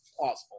possible